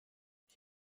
ich